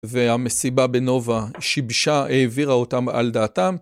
והמסיבה בנובה שיבשה, העבירה אותם על דעתם.